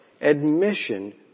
admission